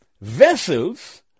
vessels